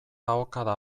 ahokada